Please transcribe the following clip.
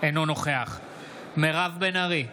אינו נוכח מירב בן ארי,